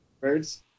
Birds